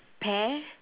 pear